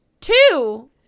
two